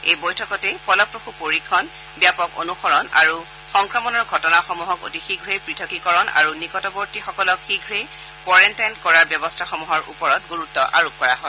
এই বৈঠকতে ফলপ্ৰসূ পৰীক্ষণ ব্যাপক অনুসৰণ আৰু সংক্ৰমণৰ ঘটনাসমূহক অতি শীঘ্ৰেই পৃথকীকৰণ আৰু নিকটৱৰ্তীসকলক শীঘ্ৰেই কোৱাৰেণ্টাইন কৰাৰ ব্যৱস্থাসমূহৰ ওপৰত গুৰুত্ব আৰোপ কৰা হয়